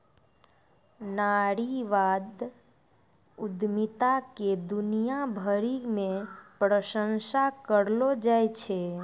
नारीवादी उद्यमिता के दुनिया भरी मे प्रशंसा करलो जाय छै